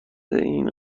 این